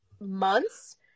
months